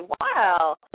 Wow